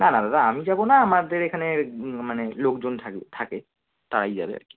না না দাদা আমি যাবো না আমাদের এখানের হুম মানে লোকজন থাকবে থাকে তারাই যাবে আর কি